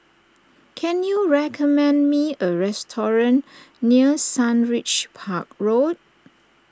can you recommend me a restaurant near Sundridge Park Road